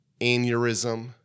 aneurysm